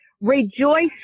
Rejoice